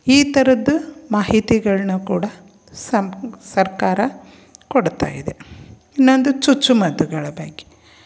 ಈ ಥರದ್ದು ಮಾಹಿತಿಗಳನ್ನ ಕೂಡ ಸಮ ಸರ್ಕಾರ ಕೊಡ್ತಾಯಿದೆ ಇನ್ನೊಂದು ಚುಚ್ಚುಮದ್ದುಗಳ ಬಗ್ಗೆ